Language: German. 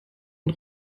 und